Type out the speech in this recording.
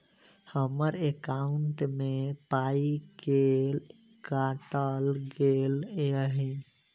हम्मर एकॉउन्ट मे पाई केल काटल गेल एहि